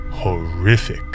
Horrific